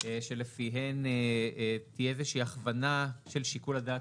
שלפיהן תהיה איזושהי הכוונה של שיקול הדעת